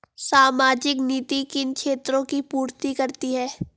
सामाजिक नीति किन क्षेत्रों की पूर्ति करती है?